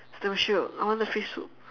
it's damn shiok I want the fish soup